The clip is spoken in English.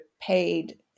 paid